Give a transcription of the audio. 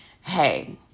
hey